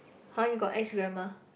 !huh! you got ex grandma